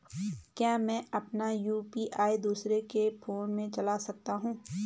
क्या मैं अपना यु.पी.आई दूसरे के फोन से चला सकता हूँ?